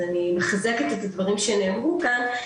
אז אני מחזקת את הדברים שנאמרו כאן,